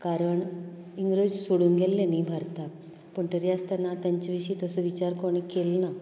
कारण इंग्रज सोडून गेल्ले न्ही भारताक पूण तरी आसतना तेंचे विशीं तसो विचार कोणे केलना